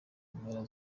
mpera